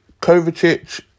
Kovacic